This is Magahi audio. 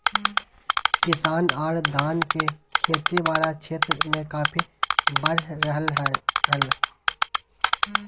किसान आर धान के खेती वला क्षेत्र मे काफी बढ़ रहल हल